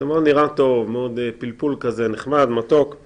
‫זה מאוד נראה טוב, ‫מאוד פלפול כזה, נחמד, מתוק.